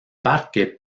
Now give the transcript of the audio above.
parque